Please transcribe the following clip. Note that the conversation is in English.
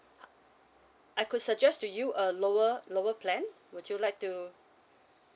I I could suggest to you a lower lower plan would you like to